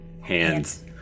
Hands